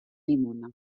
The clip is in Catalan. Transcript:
llimona